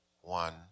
one